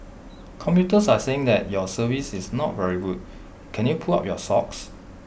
commuters are saying that your service is not very good can you pull up your socks